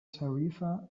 tarifa